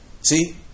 See